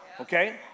okay